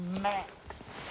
Max